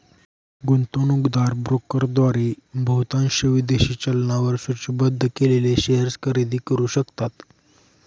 गुंतवणूकदार ब्रोकरद्वारे बहुतांश विदेशी चलनांवर सूचीबद्ध केलेले शेअर्स खरेदी करू शकतात